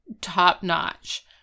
top-notch